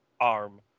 arm